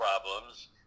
problems